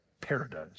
Paradise